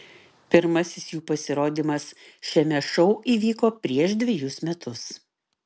pirmasis jų pasirodymas šiame šou įvyko prieš dvejus metus